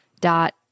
dot